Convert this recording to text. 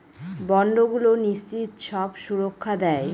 বন্ডগুলো নিশ্চিত সব সুরক্ষা দেয়